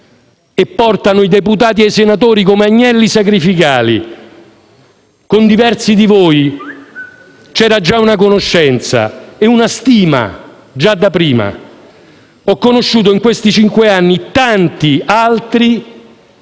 E portate i deputati e i senatori come agnelli sacrificali. Con diversi di voi c'era una conoscenza e una stima già da prima. In questi cinque anni ho